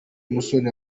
musoni